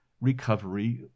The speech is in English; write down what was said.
recovery